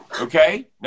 Okay